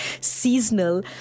seasonal